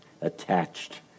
Attached